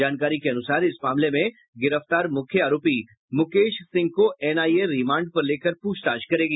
जानकारी के अनुसार इस मामले में गिरफ्तार मुख्य आरोपी मुकेश सिंह को एनआईए रिमांड पर लेकर पूछताछ करेगी